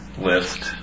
list